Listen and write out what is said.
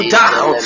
down